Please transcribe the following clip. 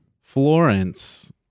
Florence